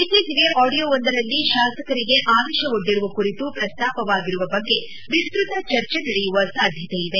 ಇತ್ತೀಚೆಗೆ ಆಡಿಯೋವೊಂದರಲ್ಲಿ ಶಾಸಕರಿಗೆ ಆಮಿಷವೊಡ್ಡಿರುವ ಕುರಿತು ಪ್ರಸ್ತಾಪವಾಗಿರುವ ಬಗ್ಗೆ ವಿಸ್ತತ ಚರ್ಚೆ ನಡೆಯುವ ಸಾಧ್ಯತೆಯಿದೆ